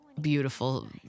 beautiful